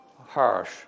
Harsh